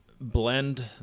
blend